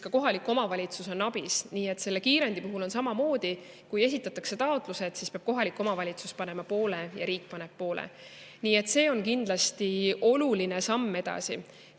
ka kohalik omavalitsus on abis. Selle kiirendi puhul on samamoodi. Kui esitatakse taotlused, siis peab kohalik omavalitsus panema poole ja riik paneb poole. Nii et see on kindlasti oluline samm